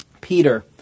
Peter